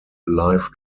live